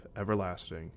everlasting